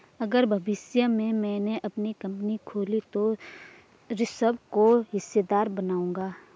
अगर भविष्य में मैने अपनी कंपनी खोली तो ऋषभ को हिस्सेदार बनाऊंगा